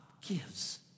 gives